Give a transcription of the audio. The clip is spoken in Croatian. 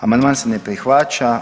Amandman se ne prihvaća.